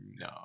no